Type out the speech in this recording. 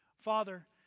Father